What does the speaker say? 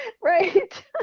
Right